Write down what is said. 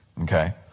Okay